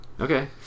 Okay